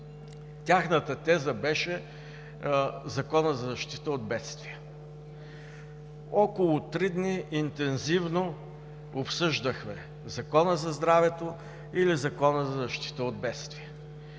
Тяхната теза беше Законът за защита от бедствия. Около три дни интензивно обсъждахме Закона за здравето или Закона за защита от бедствия.